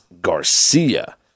Garcia